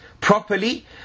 properly